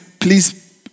please